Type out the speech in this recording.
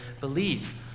believe